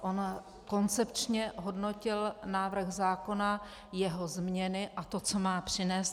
On koncepčně hodnotil návrh zákona, jeho změny a to, co má přinést.